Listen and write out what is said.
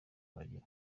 bagera